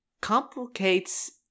complicates